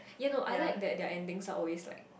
ya no I like that their endings are always like